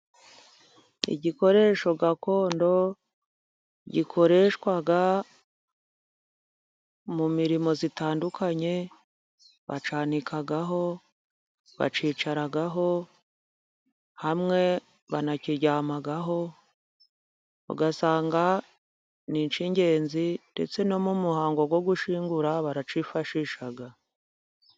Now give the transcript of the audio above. Igikoresho gakondo gikoreshwa, mu mirimo itandukanye, bacyanikaho, bakicaraho, hamwe banakiryamaho, ugasanga n'ikingenzi ndetse no mu muhango, wo gushingura baracyifashisha.